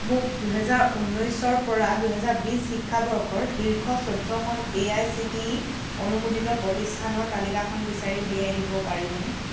মোক দুহেজাৰ ঊনৈশৰ পৰা দুহেজাৰ বিশ শিক্ষাবৰ্ষৰ শীৰ্ষ চৈধ্যখন A I C T E অনুমোদিত প্ৰতিষ্ঠানৰ তালিকাখন বিচাৰি উলিয়াই দিব পাৰিবনে